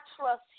trust